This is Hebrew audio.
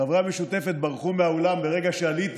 חבר הכנסת יוסף ג'בארין,